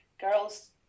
girls